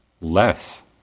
less